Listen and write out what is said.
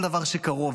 כל דבר שקרוב,